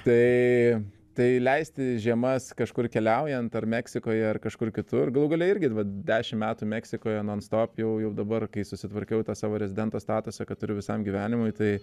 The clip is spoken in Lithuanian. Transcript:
tai tai leisti žiemas kažkur keliaujant ar meksikoje ar kažkur kitur galų gale irgi vat dešimt metų meksikoje non stop jau jau dabar kai susitvarkiau tą savo rezidento statusą kad turiu visam gyvenimui tai